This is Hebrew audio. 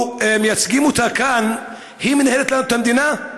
או מייצגים אותה כאן, היא מנהלת לנו את המדינה?